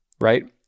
right